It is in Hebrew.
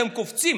אתם קופצים.